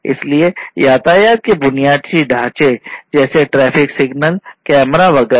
इसलिए यातायात के बुनियादी ढांचे जैसे ट्रैफिक सिग्नल वगैरह